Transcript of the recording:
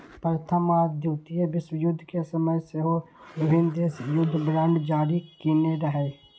प्रथम आ द्वितीय विश्वयुद्ध के समय सेहो विभिन्न देश युद्ध बांड जारी केने रहै